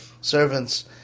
servants